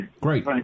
Great